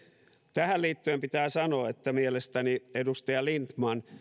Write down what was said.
tähän liittyen pitää sanoa että mielestäni edustaja lindtman